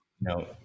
No